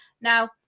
Now